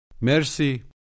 Merci